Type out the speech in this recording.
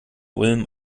ulm